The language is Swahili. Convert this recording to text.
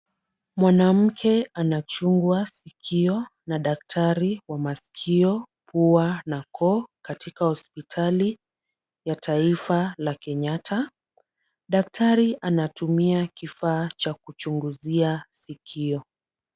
Mwanamke anachungwa sikio na daktari wa masikio pua na koo katika hospitali ya taifa la Kenyatta. Daktari anatumia kifaa cha kuchunguzia sikio.